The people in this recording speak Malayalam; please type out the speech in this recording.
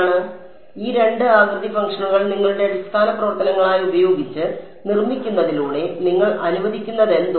അതിനാൽ ഈ രണ്ട് ആകൃതി ഫംഗ്ഷനുകൾ നിങ്ങളുടെ അടിസ്ഥാന പ്രവർത്തനങ്ങളായി ഉപയോഗിച്ച് നിർമ്മിക്കുന്നതിലൂടെ നിങ്ങൾ അനുവദിക്കുന്നതെന്തോ